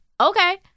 okay